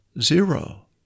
zero